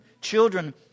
Children